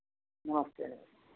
नमस्ते